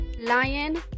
Lion